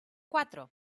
cuatro